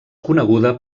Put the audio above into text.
coneguda